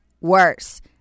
worse